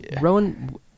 Rowan